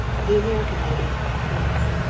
the american lady? he asked.